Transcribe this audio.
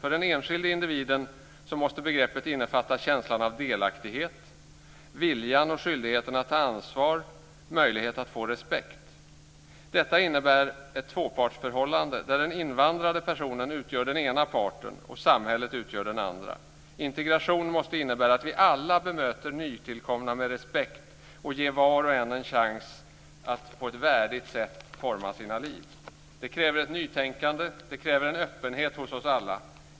För den enskilde individen måste begreppet innefatta känslan av delaktighet, viljan och skyldigheten att ta ansvar samt möjligheten att få respekt. Detta innebär ett tvåpartsförhållande där den invandrade personen utgör den ena parten och samhället utgör den andra. Integration måste innebära att vi alla bemöter nytillkomna med respekt och ger var och en chansen att på ett värdigt sätt forma sitt liv. Detta kräver ett nytänkande och det kräver en öppenhet hos oss alla.